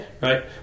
Right